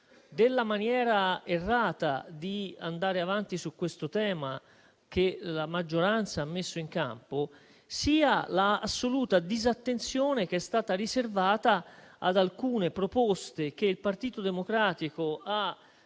della maniera errata di andare avanti su questo tema che la maggioranza ha messo in campo sia l'assoluta disattenzione che è stata riservata ad alcune proposte che il Partito Democratico ha portato